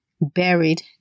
buried